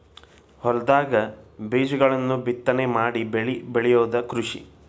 ಹೊಲದಾಗ ಬೇಜಗಳನ್ನ ಬಿತ್ತನೆ ಮಾಡಿ ಬೆಳಿ ಬೆಳಿಯುದ ಕೃಷಿ